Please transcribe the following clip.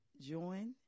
join